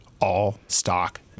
all-stock